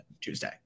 Tuesday